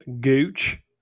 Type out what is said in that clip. Gooch